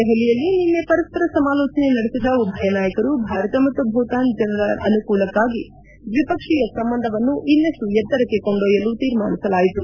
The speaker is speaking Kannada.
ದೆಹಲಿಯಲ್ಲಿ ನಿನ್ನೆ ಪರಸ್ಪರ ಸಮಾಲೋಚನೆ ನಡೆಸಿದ ಉಭಯ ನಾಯಕರು ಭಾರತ ಮತ್ತು ಭೂತಾನ್ ಜನರ ಅನುಕೂಲಕ್ಕಾಗಿ ದ್ವಿಪಕ್ಷೀಯ ಸಂಬಂಧವನ್ನು ಇನ್ನಷ್ಟು ಎತ್ತರಕ್ಕೆ ಕೊಂಡೊಯ್ಯಲು ತೀರ್ಮಾನಿಸಲಾಯಿತು